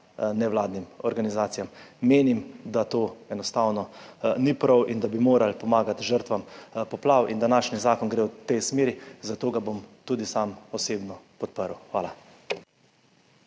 nevladnim organizacijam. Menim, da to enostavno ni prav in da bi morali pomagati žrtvam poplav. In današnji zakon gre v tej smeri, zato ga bom tudi sam osebno podprl. Hvala.